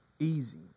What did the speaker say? Easy